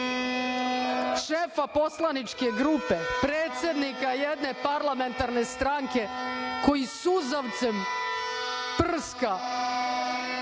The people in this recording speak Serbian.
šefa poslaničke grupe, predsednika jedne parlamentarne stranke koji suzavcem prska